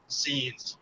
scenes